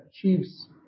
achieves